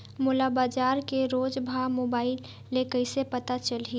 मोला बजार के रोज भाव मोबाइल मे कइसे पता चलही?